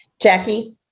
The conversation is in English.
Jackie